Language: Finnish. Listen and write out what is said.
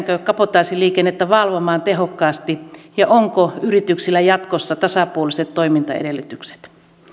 kabotaasiliikennettä valvomaan tehokkaasti ja onko yrityksillä jatkossa tasapuoliset toimintaedellytykset